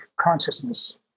consciousness